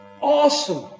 Awesome